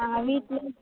ஆ வீட்டில்